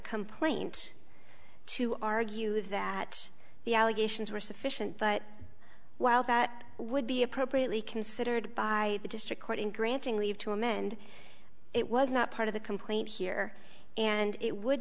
complaint to argue that the allegations were sufficient but while that would be appropriately considered by the district court in granting leave to amend it was not part of the complaint here and it would